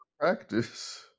practice